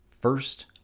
First